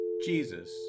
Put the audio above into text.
Jesus